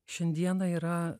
šiandieną yra